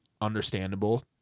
Understandable